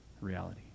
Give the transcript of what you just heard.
reality